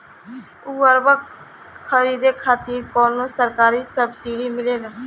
उर्वरक खरीदे खातिर कउनो सरकारी सब्सीडी मिलेल?